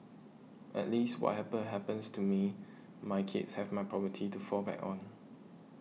at least what happens to me my kids have my property to fall back on